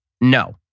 No